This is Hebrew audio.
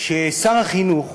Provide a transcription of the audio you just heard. ששר החינוך